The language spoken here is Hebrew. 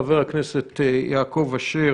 חבר הכנסת יעקב אשר.